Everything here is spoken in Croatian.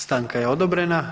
Stanka je odobrena.